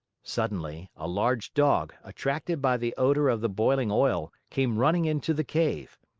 suddenly, a large dog, attracted by the odor of the boiling oil, came running into the cave.